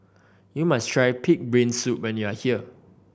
you must try pig brain soup when you are here